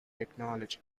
technology